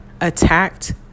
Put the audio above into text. attacked